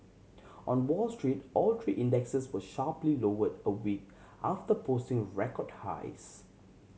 on Wall Street all three indexes were sharply lowered a week after posting record highs